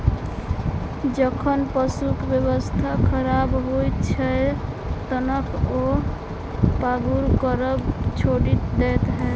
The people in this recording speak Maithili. जखन पशुक स्वास्थ्य खराब होइत छै, तखन ओ पागुर करब छोड़ि दैत छै